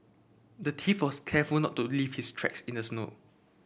the thief was careful not to leave his tracks in the snow